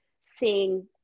seeing